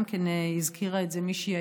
גם כן הזכירה את זה בדבריה מישהי,